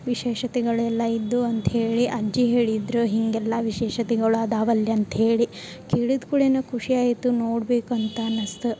ವಿಶೇಷತೆಗಳೆಲ್ಲ ಇದ್ದು ಅಂತ್ಹೇಳಿ ಅಜ್ಜಿ ಹೇಳಿದ್ರ ಹೀಗೆಲ್ಲ ವಿಶೇಷತೆಗಳು ಅದಾವಲ್ಯಂತ ಹೇಳಿ ಕೇಳಿದ ಕುಳೆನ ಖುಷಿ ಆಯಿತು ನೋಡಬೇಕಂತ ಅನಸ್ತ್